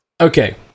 Okay